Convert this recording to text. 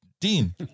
Dean